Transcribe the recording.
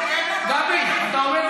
תענה על